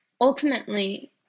ultimately